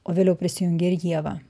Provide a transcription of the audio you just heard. o vėliau prisijungė ir ieva